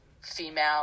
female